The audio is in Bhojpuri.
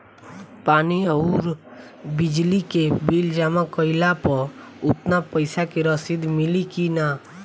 पानी आउरबिजली के बिल जमा कईला पर उतना पईसा के रसिद मिली की न?